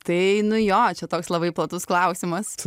tai nu jo čia toks labai platus klausimas